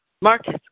Marcus